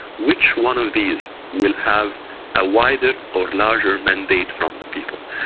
which one of these will have a wider or larger mandate from the people?